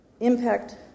Impact